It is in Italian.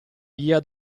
via